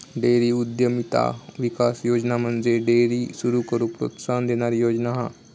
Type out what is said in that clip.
dairy उद्यमिता विकास योजना म्हणजे डेअरी सुरू करूक प्रोत्साहन देणारी योजना हा